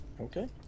Okay